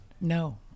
No